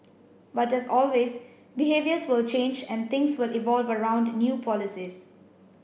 but as always behaviours will change and things will evolve around new policies